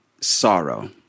sorrow